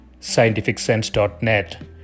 scientificsense.net